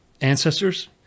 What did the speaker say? ancestors